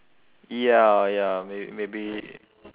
ya ya may~ maybe